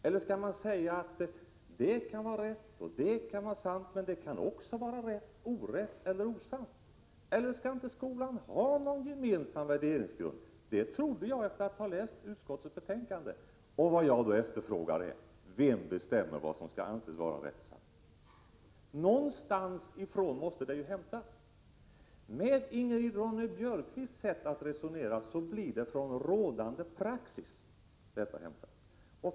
Eller skall man säga: Det här kan vara rätt, och det där kan vara sant, men det kan också vara orätt, osant? Skall inte skolan ha någon gemensam värderingsgrund? Det trodde jag, efter att ha läst utskottets betänkande. Vad jag efterfrågar är: Vem bestämmer vad som skall anses vara rätt och sant? Någonstans ifrån måste detta ju hämtas. Med Ingrid Ronne-Björkqvists sätt att resonera blir det från rådande praxis.